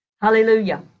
Hallelujah